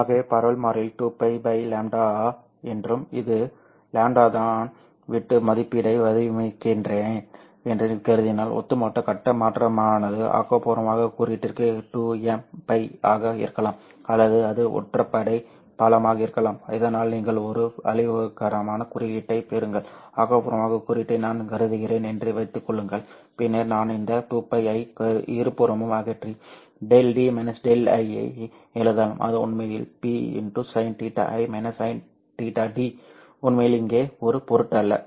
ஆகவே பரவல் மாறிலி 2π λ என்றும் இது λ நான் வட்டு மதிப்பீட்டை வடிவமைக்கிறேன் என்றும் கருதினால் ஒட்டுமொத்த கட்ட மாற்றமானது ஆக்கபூர்வமான குறுக்கீட்டிற்கு 2mπ ஆக இருக்கலாம் அல்லது அது ஒற்றைப்படை பலமாக இருக்கலாம் இதனால் நீங்கள் ஒரு அழிவுகரமான குறுக்கீட்டைப் பெறுங்கள் ஆக்கபூர்வமான குறுக்கீட்டை நான் கருதுகிறேன் என்று வைத்துக் கொள்ளுங்கள் பின்னர் நான் இந்த 2π ஐ இருபுறமும் அகற்றி Δd Δi ஐ எழுதலாம் அது உண்மையில் P sin θi sin θd உண்மையில் இங்கே ஒரு பொருட்டல்ல